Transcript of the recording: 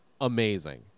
amazing